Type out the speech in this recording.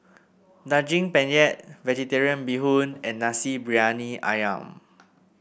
Daging Penyet Vegetarian Bee Hoon and Nasi Briyani ayam